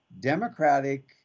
Democratic